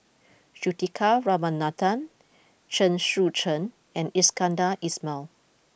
Juthika Ramanathan Chen Sucheng and Iskandar Ismail